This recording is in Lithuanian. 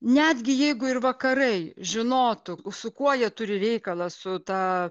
netgi jeigu ir vakarai žinotų su kuo jie turi reikalą su ta